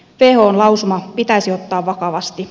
whon lausuma pitäisi ottaa vakavasti